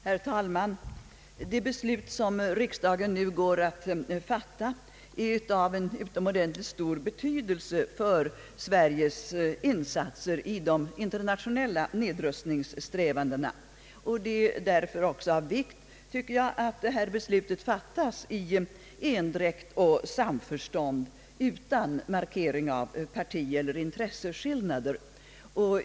Herr talman! Det beslut som riksdagen nu går att fatta är av utomordentligt stor betydelse för Sveriges insatser i de internationella nedrustningssträvandena. Det är därför också av vikt, tycker jag, att detta beslut fattas i endräkt och samförstånd utan markering av partieller intresseskillnader.